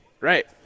Right